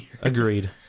agreed